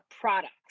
products